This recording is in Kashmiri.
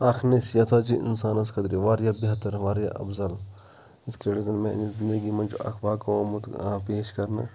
اَکھ نصیحت حظ چھِ اِنسانَس خٲطرٕ واریاہ بہتر واریاہ اَفضَل یِتھ کٔٹھۍ زَن میٛانہِ زِندگی منٛز چھُ اَکھ واقع آمُت پیش کَرنہٕ